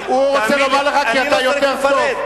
הוא רוצה לומר לך: כי אתה יותר טוב.